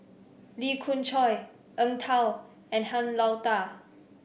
Lee Khoon Choy Eng Tow and Han Lao Da